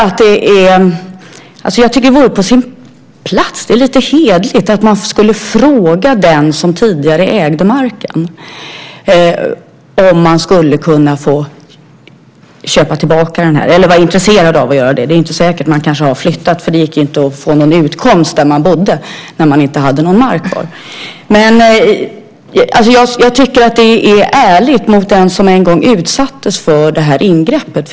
Jag tycker att det vore på sin plats - det är lite hederligt - att fråga den som tidigare ägde marken om man är intresserad av att köpa tillbaka den. Det är inte säkert. Man har kanske flyttat beroende på att det inte gick att få någon utkomst där man bodde när man inte hade någon mark kvar. Jag tycker att det vore ärligt mot den som en gång utsattes för det här ingreppet.